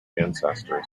ancestors